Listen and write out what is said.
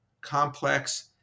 complex